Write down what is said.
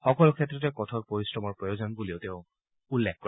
সকলো ক্ষেত্ৰতে কঠোৰ পৰিশ্ৰমৰ প্ৰয়োজন বুলিও তেওঁ উল্লেখ কৰে